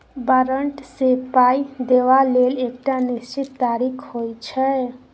बारंट सँ पाइ देबा लेल एकटा निश्चित तारीख होइ छै